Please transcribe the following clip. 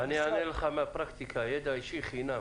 אני אענה לך מהפרקטיקה, ידע אישי חינם.